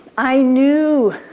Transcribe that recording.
i knew,